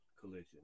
collision